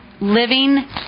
living